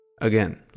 again